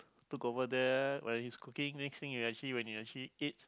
look over there when he's cooking next thing you actually when you actually eat